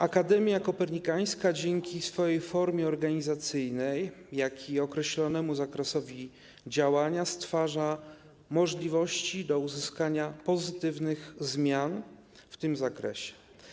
Akademia Kopernikańska dzięki swojej formie organizacyjnej, jak i określonemu zakresowi działania stwarza możliwości do wprowadzenia pozytywnych zmian w tym zakresie.